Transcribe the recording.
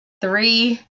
Three